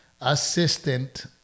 assistant